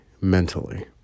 mentally